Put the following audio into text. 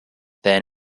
then